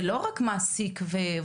זה לא רק מעסיק ועובד.